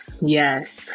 Yes